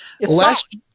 Last